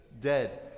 dead